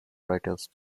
writers